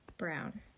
brown